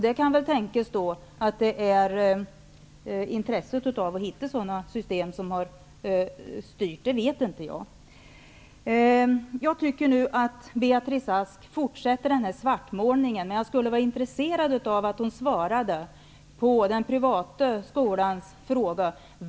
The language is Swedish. Det kan väl tänkas att det finns intresse för att finna fram sådana system för styrning. Jag vet inte. Jag tycker att Beatrice Ask fortsätter med denna svartmålning. Men jag skulle vara intresserad av att hon svarar på frågan om den privata skolan.